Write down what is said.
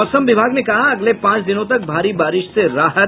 मौसम विभाग ने कहा अगले पांच दिनों तक भारी बारिश से राहत